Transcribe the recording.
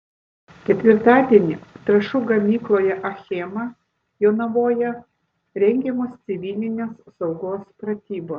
ketvirtadienį trąšų gamykloje achema jonavoje rengiamos civilinės saugos pratybos